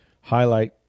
highlight